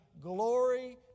glory